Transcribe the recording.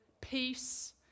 peace